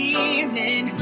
evening